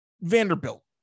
Vanderbilt